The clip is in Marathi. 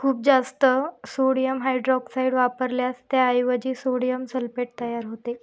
खूप जास्त सोडियम हायड्रॉक्साईड वापरल्यास त्याऐवजी सोडियम सल्फेट तयार होते